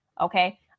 Okay